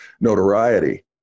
notoriety